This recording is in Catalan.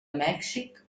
mèxic